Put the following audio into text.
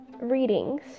readings